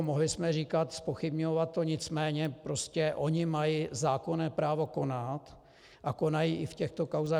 Mohli jsme říkat, zpochybňovat to, nicméně prostě oni mají zákonné právo konat a konají i v těchto kauzách.